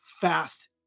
fast